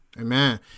Amen